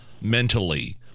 mentally